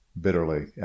bitterly